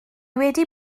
wedi